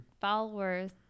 followers